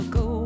go